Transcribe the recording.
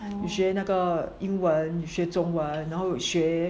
有学那英文有学中文然后有学